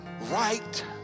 right